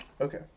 Okay